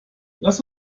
lasst